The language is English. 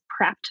prepped